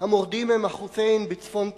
המורדים הם ה"חות'יין" בצפון תימן,